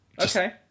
Okay